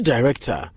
Director